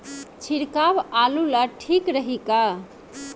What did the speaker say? छिड़काव आलू ला ठीक रही का?